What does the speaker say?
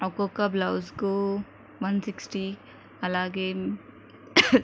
ఒక్కొక్క బ్లౌజ్కు one sixty అలాగే